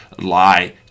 lie